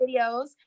Videos